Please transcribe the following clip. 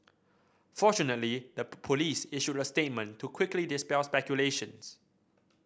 fortunately the police issued a statement to quickly dispel speculations